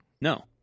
No